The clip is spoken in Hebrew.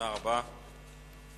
על לבבותיהם נשארים כגדר, ובעיניכם